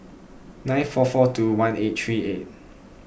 nine four four two one eight three eight